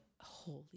holy